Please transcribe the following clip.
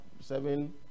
seven